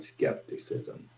skepticism